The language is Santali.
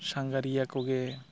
ᱥᱟᱸᱜᱷᱟᱨᱤᱭᱟᱹ ᱠᱚᱜᱮ